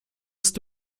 ist